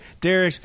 Derek